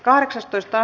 asia